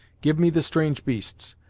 give me the strange beasts,